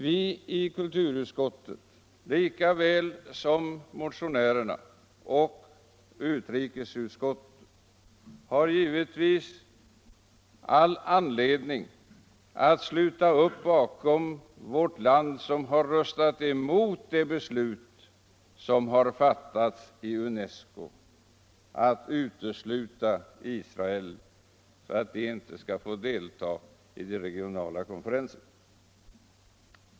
Vi i kulturutskottet, lika väl som motionärerna och utrikesutskottet, har givetvis all anledning att sluta upp bakom vårt lands ställningstagande att rösta mot det beslut som fattats i UNESCO att utesluta Israel från de regionala konferenserna.